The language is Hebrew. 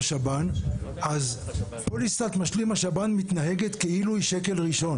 השב"ן אז פוליסת משלים השב"ן מתנהגת כאילו היא שקל ראשון.